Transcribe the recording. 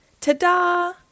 Ta-da